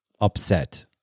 upset